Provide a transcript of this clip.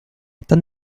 dann